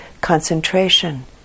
concentration